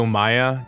Maya